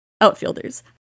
outfielders